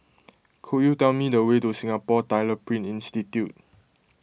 could you tell me the way to Singapore Tyler Print Institute